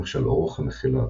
למשל אורך המחילה,